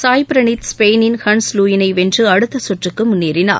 சாய்பிரனீத் ஸ்பெயினின் ஹன்ஸ் லூயினை வென்று அடுத்த சுற்றுக்கு முன்னேறினார்